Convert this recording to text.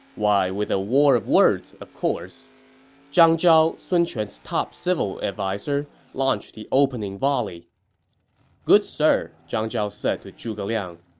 why, with a war of words, of course zhang zhao, sun quan's top civil adviser, launched the opening volley good sir, zhang zhao said to zhuge liang.